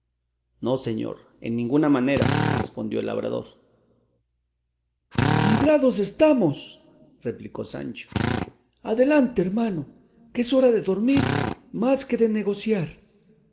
no señor en ninguna manera respondió el labrador medrados estamos replicó sancho adelante hermano que es hora de dormir más que de negociar